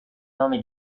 nome